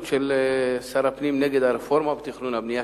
של שר הפנים נגד הרפורמה בתכנון והבנייה,